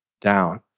down